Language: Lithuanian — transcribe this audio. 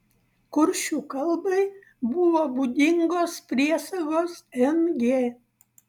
kuršių kalbai buvo būdingos priesagos ng